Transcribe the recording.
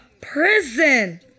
prison